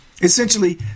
essentially